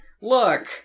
Look